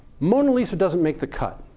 mona lisa doesn't make the cut.